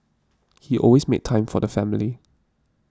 he always made time for the family